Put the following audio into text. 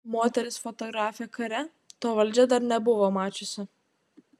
moteris fotografė kare to valdžia dar nebuvo mačiusi